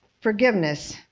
Forgiveness